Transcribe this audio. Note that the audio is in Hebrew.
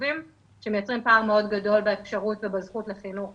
הכאובים שמייצרים פער מאוד גדול באפשרות ובזכות לחינוך